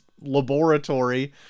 laboratory